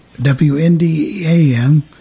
WNDAM